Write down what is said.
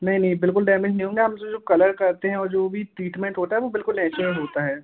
नहीं नहीं बिलकुल डैमेज नहीं होंगे हम जो जो कलर करते हैं और जो भी ट्रीटमेंट होता है वह बिलकुल नैचुरल होता है